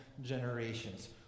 generations